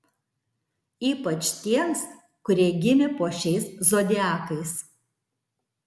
ypač tiems kurie gimė po šiais zodiakais